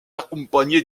accompagné